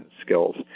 skills